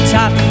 Top